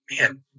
man